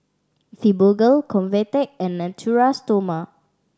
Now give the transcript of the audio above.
Fibogel Convatec and Natura Stoma